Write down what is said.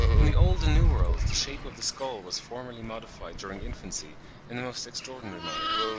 in the old and new worlds the shape of the skull was formerly modified during infancy in the most extraordinary manner,